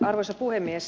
arvoisa puhemies